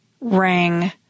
rang